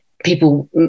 People